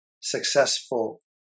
successful